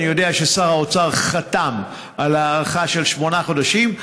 אני יודע ששר האוצר חתם על הארכה של שמונה חודשים,